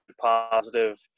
positive